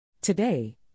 Today